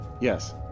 Yes